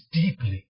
deeply